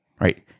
right